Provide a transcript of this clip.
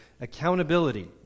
accountability